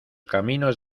caminos